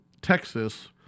Texas